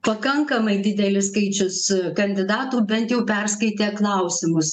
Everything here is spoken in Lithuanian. pakankamai didelis skaičius kandidatų bent jau perskaitė klausimus